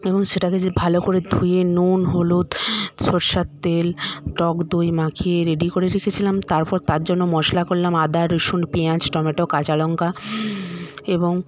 এবং সেটাকে যে ভালো করে ধুয়ে নুন হলুদ সরষের তেল টক দই মাখিয়ে রেডি করে রেখেছিলাম তারপর তার জন্য মশলা করলাম আদা রসুন পেঁয়াজ টমেটো কাঁচা লঙ্কা এবং